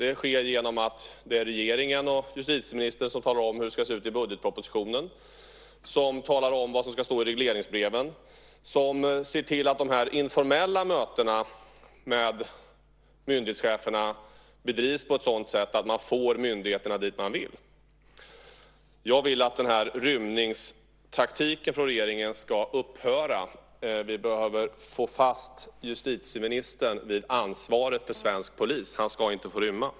Detta sker genom att regeringen och justitieministern talar om hur det ska se ut i budgetpropositionen, talar om vad som ska stå i regleringsbreven och ser till att de informella mötena med myndighetscheferna bedrivs på ett sådant sätt att man får myndigheterna dit man vill. Jag vill att denna rymningstaktik från regeringen ska upphöra. Vi behöver få fast justitieministern vid ansvaret för svensk polis. Han ska inte få rymma.